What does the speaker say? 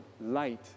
light